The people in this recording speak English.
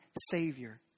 savior